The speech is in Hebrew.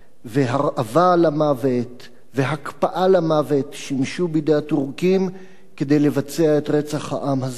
והרעבה למוות והקפאה למוות שימשו בידי הטורקים כדי לבצע את רצח העם הזה.